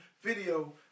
video